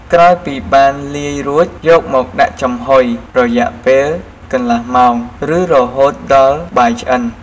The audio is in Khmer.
ក្រោយពីបានលាយរួច យកមកដាក់ចំហុយរយៈពេលកន្លះម៉ោងឬរហូតដល់បាយឆ្អិន។